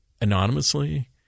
anonymously